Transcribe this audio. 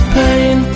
pain